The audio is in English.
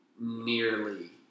nearly